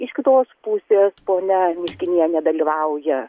iš kitos pusės ponia virginija nedalyvauja